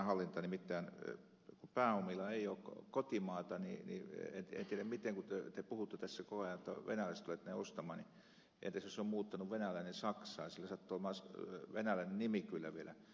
nimittäin kun pääomilla ei ole kotimaata niin kun te puhutte tässä koko ajan että venäläiset tulevat tänne ostamaan niin entäs jos se venäläinen on muuttanut saksaan sillä sattuu olemaan venäläinen nimi kyllä vielä